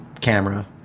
camera